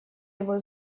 его